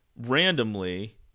Randomly